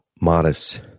modest